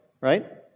right